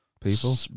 people